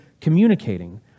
communicating